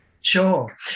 Sure